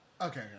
okay